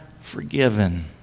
forgiven